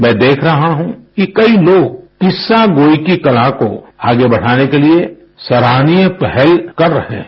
मैं देख रहा हूँ कि कई लोग किस्सागोई की कला को आगे बढाने के लिए सराहनीय पहल कर रहे हैं